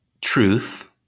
truth